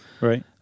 Right